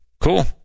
Cool